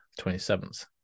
27th